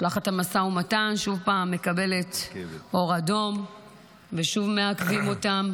משלחת המשא ומתן שוב פעם מקבלת אור אדום ושוב מעכבים אותם,